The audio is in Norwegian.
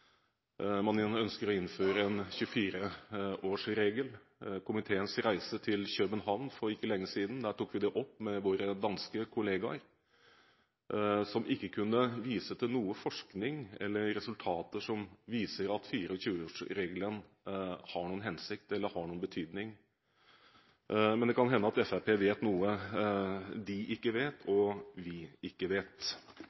Man ønsker å innføre en 24-årsregel. På komiteens reise til København for ikke så lenge siden tok vi det opp med våre danske kolleger, som ikke kunne vise til noen forskning eller noen resultater som viser at 24-årsregelen har noen hensikt, eller har noen betydning. Men det kan hende at Fremskrittspartiet vet noe de ikke vet, og